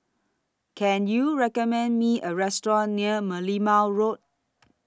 Can YOU recommend Me A Restaurant near Merlimau Road